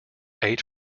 eight